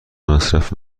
مصرف